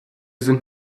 sind